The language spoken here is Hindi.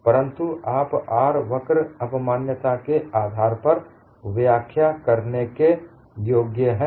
परंतु आप R वक्र अवमान्यता के आधार पर व्याख्या करने के योग्य है